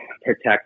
protect